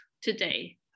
today